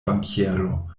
bankiero